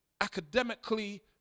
academically